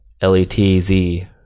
l-e-t-z